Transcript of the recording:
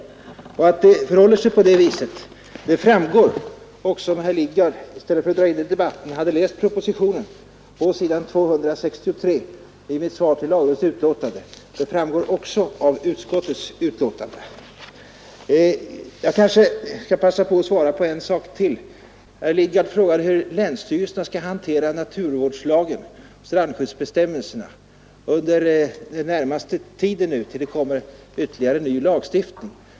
Att det förhåller sig på det viset framgår om herr Lidgard i stället för att dra in detta i debatten läser vad som står i propositionen på s. 263 i mitt svar till lagrådets utlåtande. Det framgår också av utskottets betänkande. Jag skall passa på att svara på en sak till. Herr Lidgard frågade hur länsstyrelserna skall hantera naturvårdslagen och strandskyddsbestämmelserna under den närmaste tiden, tills det kommer en ny lagstiftning.